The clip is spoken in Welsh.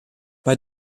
mae